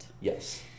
Yes